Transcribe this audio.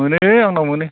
मोनोलै आंनाव मोनो